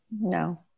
No